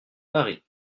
paris